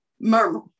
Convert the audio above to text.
murmur